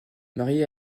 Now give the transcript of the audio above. mariée